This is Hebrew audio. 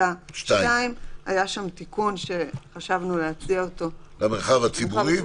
פסקה 2 היה תיקון שחשבנו להציע אותו למרחב הציבורי,